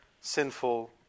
sinful